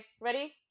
Ready